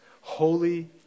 holy